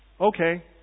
Okay